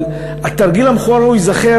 אבל התרגיל המכוער ההוא ייזכר